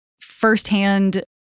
firsthand